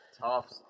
Tough